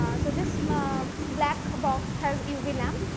so, this black box has uv lamp,